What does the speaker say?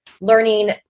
learning